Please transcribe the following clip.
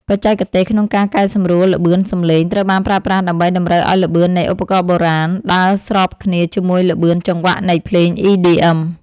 បច្ចេកទេស ក្នុងការកែសម្រួលល្បឿនសំឡេង ត្រូវបានប្រើប្រាស់ដើម្បីតម្រូវឱ្យល្បឿននៃឧបករណ៍បុរាណ ដើរស្របគ្នាជាមួយល្បឿនចង្វាក់នៃភ្លេង EDM។